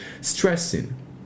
stressing